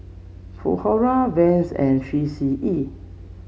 Vans and Three C E